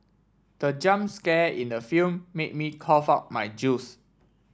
the jump scare in the film made me cough out my juice